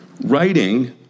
writing